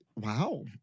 Wow